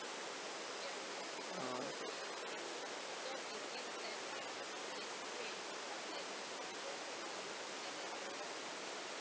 uh